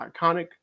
iconic